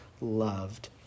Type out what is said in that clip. loved